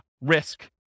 risk